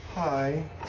Hi